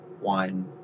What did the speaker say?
wine